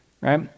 right